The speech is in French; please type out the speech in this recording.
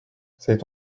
c’est